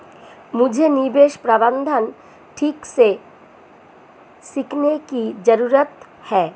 मुझे निवेश प्रबंधन ठीक से सीखने की जरूरत है